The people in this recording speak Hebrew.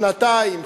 שנתיים,